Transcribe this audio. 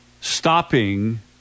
Stopping